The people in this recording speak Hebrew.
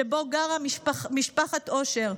שבו גרה משפחת אושר.